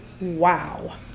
wow